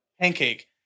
pancake